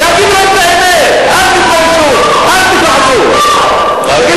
תגידו להם את האמת, אל תתביישו, אל תפחדו.